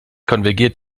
konvergiert